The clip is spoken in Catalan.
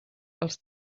els